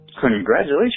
Congratulations